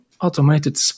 automated